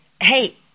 Hey